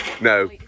No